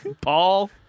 Paul